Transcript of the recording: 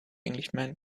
englishman